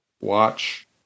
watch